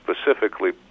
specifically